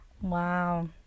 Wow